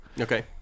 Okay